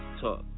Talk